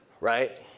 Right